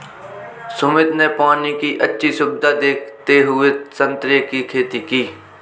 सुमित ने पानी की अच्छी सुविधा देखते हुए संतरे की खेती की